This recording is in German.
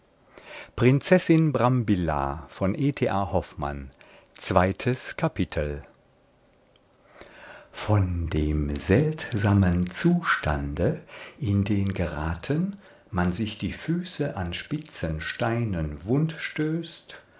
zweites kapitel von dem seltsamen zustande in den geraten man sich die füße an spitzen steinen wund stößt